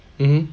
mmhmm